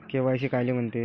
KYC कायले म्हनते?